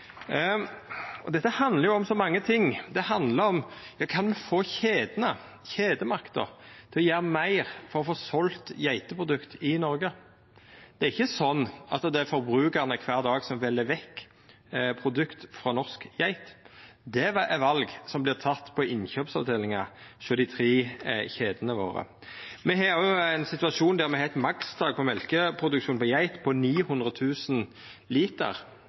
Dette handlar om så mange ting. Det handlar om ein kan få kjedene, kjedemakta, til å gjera meir for å få selt geiteprodukt i Noreg. Det er ikkje sånn at det er forbrukarane som kvar dag vel vekk produkt frå norsk geit. Det er val som vert tekne på innkjøpsavdelinga hjå dei tre kjedene våre. Me har òg ein situasjon der me har eit makstak på mjølkeproduksjon for geit på 900 000 liter.